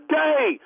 day